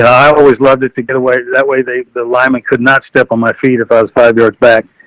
i always loved it to get away that way. they, the lyman could not step on my feet if i was five yards back.